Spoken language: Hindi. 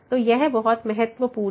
तो यह बहुत महत्वपूर्ण है